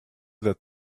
that